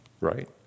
right